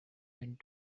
went